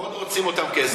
מאוד רוצים אותם כאזרחים.